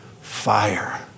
fire